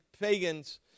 pagans